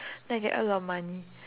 then I can earn a lot of money